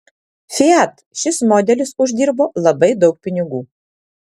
fiat šis modelis uždirbo labai daug pinigų